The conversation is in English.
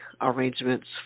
arrangements